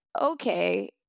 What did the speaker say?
okay